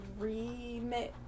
remix